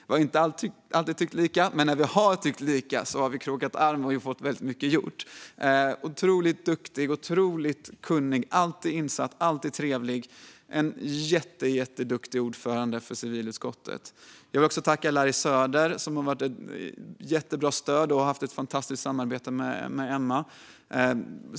Vi har inte alltid tyckt lika, men när vi har tyckt lika har vi krokat arm och fått väldigt mycket gjort. Hon är otroligt duktig, otroligt kunnig, alltid insatt, alltid trevlig och en jätteduktig ordförande för civilutskottet. Den andra är Larry Söder, som jag också vill tacka. Han har varit ett jättebra stöd, och han har haft ett fantastiskt samarbete med Emma.